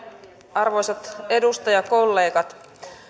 arvoisat edustajakollegat